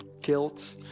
guilt